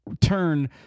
turn